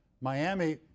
Miami